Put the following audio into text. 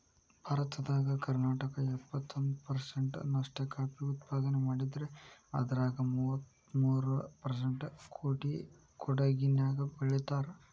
ಭಾರತದಾಗ ಕರ್ನಾಟಕ ಎಪ್ಪತ್ತೊಂದ್ ಪರ್ಸೆಂಟ್ ನಷ್ಟ ಕಾಫಿ ಉತ್ಪಾದನೆ ಮಾಡಿದ್ರ ಅದ್ರಾಗ ಮೂವತ್ಮೂರು ಪರ್ಸೆಂಟ್ ಕೊಡಗಿನ್ಯಾಗ್ ಬೆಳೇತಾರ